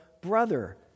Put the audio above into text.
brother